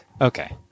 Okay